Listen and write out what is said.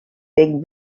big